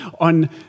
on